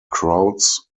crowds